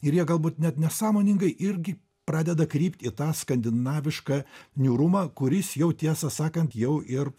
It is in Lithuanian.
ir jie galbūt net nesąmoningai irgi pradeda krypt į tą skandinavišką niūrumą kuris jau tiesą sakant jau ir